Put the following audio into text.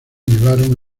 llevaron